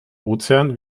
ozean